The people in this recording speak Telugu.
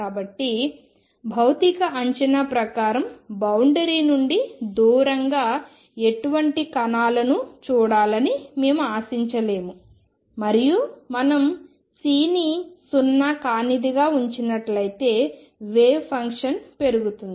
కాబట్టి భౌతిక అంచనా ప్రకారం బౌండరి నుండి దూరంగా ఎటువంటి కణాలను చూడాలని మేము ఆశించలేము మరియు మనం C ని సున్నా కానిదిగా ఉంచినట్లయితే వేవ్ ఫంక్షన్ పెరుగుతుంది